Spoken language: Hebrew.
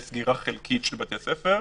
וסגירה חלקית של בתי ספר,